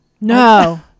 No